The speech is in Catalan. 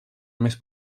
més